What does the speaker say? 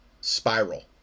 spiral